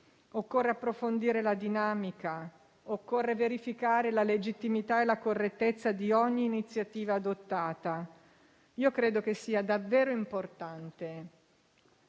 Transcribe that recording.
Occorre approfondire la dinamica, verificare la legittimità e la correttezza di ogni iniziativa adottata. Credo che sia davvero importante